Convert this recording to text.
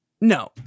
No